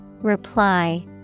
Reply